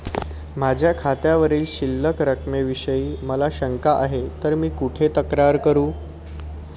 माझ्या खात्यावरील शिल्लक रकमेविषयी मला शंका आहे तर मी कुठे तक्रार करू?